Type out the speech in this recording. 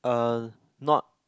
uh not